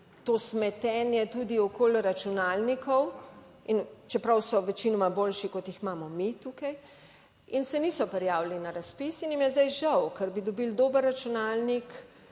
smetenje tudi okoli računalnikov, čeprav so večinoma boljši, kot jih imamo mi tukaj. In se niso prijavili na razpis in jim je zdaj žal, ker bi dobili dober računalnik,